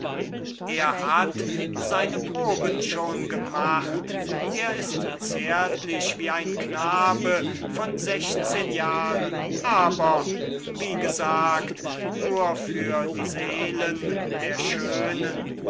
er hat seine proben schon gemacht er ist zärtlich wie ein junger seufzer aber wie gesagt er ist es nur für die seele der schönen